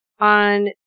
on